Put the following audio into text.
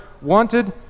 wanted